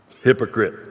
Hypocrite